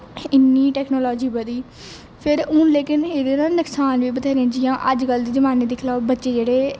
इन्नी टेक्नोलाॅजी बधी फिर हून लैकिन एहदे नुक्सान बी बथ्हेरे ना जियां अजकल दी जमाने च दिक्खी लैओ बच्चे जेहडे़